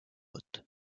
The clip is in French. vote